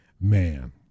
man